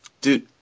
dude